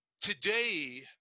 today